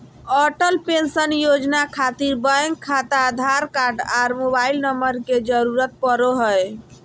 Atal pension योजना खातिर bank खाता आधार कार्ड आर मोबाइल नम्बर के जरूरत परो हय